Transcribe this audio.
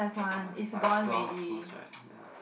(uh huh) but it's twelve close right ya